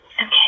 Okay